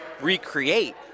recreate